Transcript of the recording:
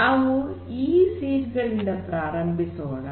ನಾವು ಈ ಸೀಡ್ ಗಳಿಂದ ಪ್ರಾರಂಭಿಸೋಣ